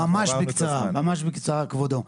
ממש בקצרה, כבודו.